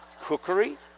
cookery